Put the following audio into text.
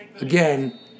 again